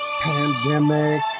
pandemic